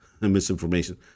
misinformation